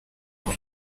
uko